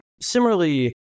Similarly